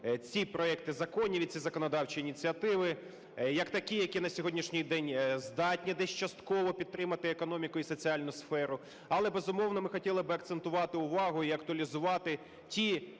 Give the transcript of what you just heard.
ці проекти законів і ці законодавчі ініціативи як такі, які на сьогоднішній день здатні десь частково підтримати економіку і соціальну сферу. Але, безумовно, ми хотіли б акцентувати увагу і актуалізувати ті